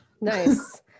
nice